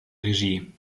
regie